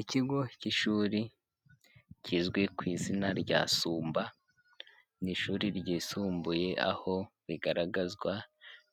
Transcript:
Ikigo k'ishuri kizwi ku izina rya Sumba, ni ishuri ryisumbuye aho bigaragazwa